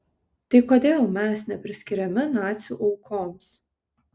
tai kodėl mes nepriskiriami nacių aukoms